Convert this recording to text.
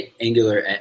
Angular